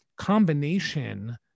combination